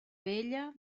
vella